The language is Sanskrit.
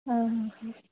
हा हा हा